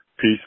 Peace